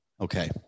okay